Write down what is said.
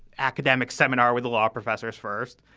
academic seminar with the law professors first,